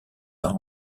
par